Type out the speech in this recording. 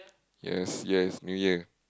yes yes New Year